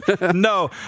No